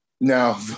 now